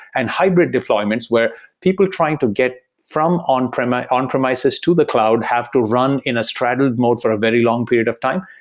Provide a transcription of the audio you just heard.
and hybrid deployments, where people trying to get from on premises on premises to the cloud have to run in a startled mode for a very long period of time.